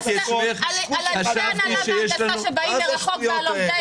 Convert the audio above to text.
אתה מדבר בסיסמאות.